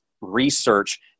research